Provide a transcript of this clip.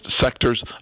sectors